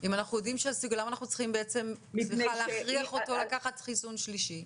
למה אנחנו צריכים להכריח אותו לקחת חיסון שלישי?